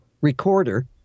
recorder